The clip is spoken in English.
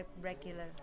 Regular